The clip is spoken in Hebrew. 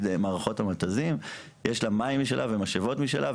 למשל למערכת מתזים יש מים משלה ומשאבות משלה,